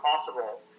possible